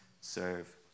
serve